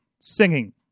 singing